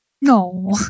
No